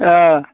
ए